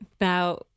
Now